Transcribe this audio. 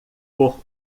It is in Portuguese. por